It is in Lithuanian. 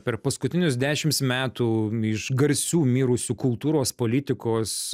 per paskutinius dešims metų iš garsių mirusių kultūros politikos